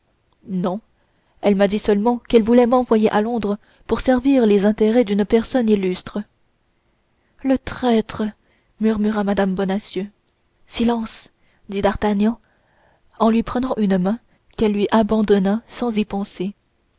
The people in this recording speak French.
non elle m'a dit seulement qu'elle voulait m'envoyer à londres pour servir les intérêts d'une personne illustre le traître murmura mme bonacieux silence dit d'artagnan en lui prenant une main qu'elle lui abandonna sans y penser